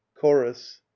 chorus